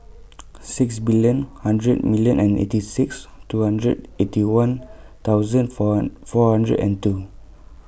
six billion hundred million and eight six two hundred Eighty One thousand four four hundred and two